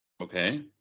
Okay